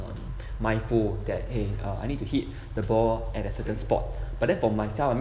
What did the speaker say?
um mindful that !hey! I need to hit the ball at a certain spot but then for myself I mean